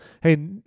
hey